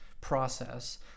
process